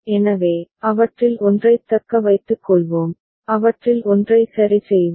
எனவே அவற்றில் ஒன்றைத் தக்க வைத்துக் கொள்வோம் அவற்றில் ஒன்றை சரி செய்வோம்